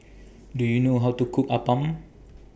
Do YOU know How to Cook Appam